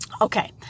Okay